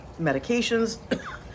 medications